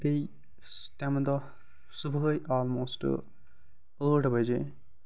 بیٚیہِ سُہ تمہِ دۄہ صُبحٲے آلموسٹ ٲٹھ بَجے